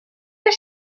her